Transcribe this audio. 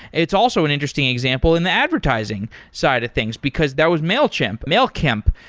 it's also an interesting example in the advertising side of things, because that was mailchimp, mailcamp,